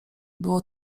było